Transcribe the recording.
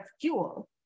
fuel